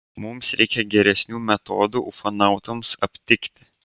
mums reikia geresnių metodų ufonautams aptikti